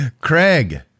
Craig